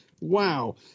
Wow